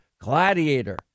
Gladiator